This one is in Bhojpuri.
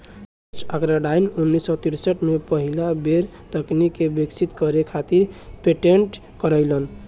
रिचर्ड आर्कराइट उन्नीस सौ तिरसठ में पहिला बेर तकनीक के विकसित करे खातिर पेटेंट करइलन